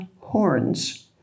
horns